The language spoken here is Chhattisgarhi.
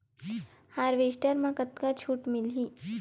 हारवेस्टर म कतका छूट मिलही?